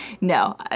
No